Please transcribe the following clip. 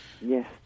Yes